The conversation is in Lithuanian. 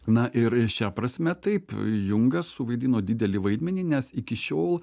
na ir šia prasme taip jungas suvaidino didelį vaidmenį nes iki šiol